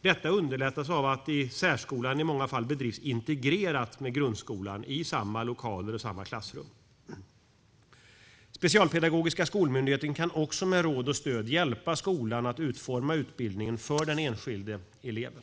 Detta underlättas av att särskolan i många fall bedrivs integrerat med grundskolan i samma lokaler och samma klassrum. Specialpedagogiska skolmyndigheten kan också med råd och stöd hjälpa skolan att utforma utbildningen för den enskilda eleven.